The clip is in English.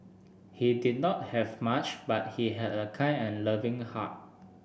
he did not have much but he had a kind and loving heart